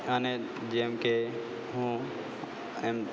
અને જેમકે હું એમ